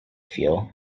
feel